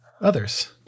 others